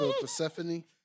Persephone